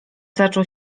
zaczął